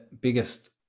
biggest